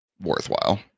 worthwhile